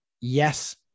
yes